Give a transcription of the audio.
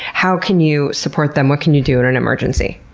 how can you support them? what can you do in an emergency?